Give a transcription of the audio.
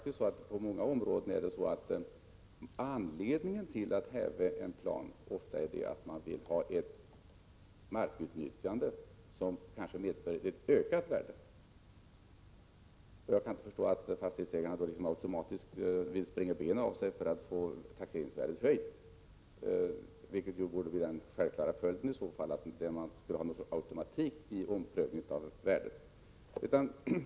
I många fall är anledningen till att häva en plan att man vill ha ett markutnyttjande som medför ökat värde. Jag kan då inte förstå att fastighetsägaren skulle vilja springa benen av sig för att få taxeringsvärdet höjt, vilket borde bli den självklara följden, om man skulle ha en automatik för omprövning.